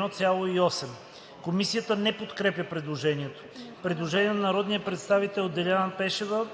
541,8”.“ Комисията не подкрепя предложението. Предложение на народния представител Деляна Пешева